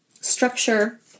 structure